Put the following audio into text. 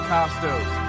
Costos